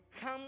come